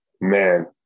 man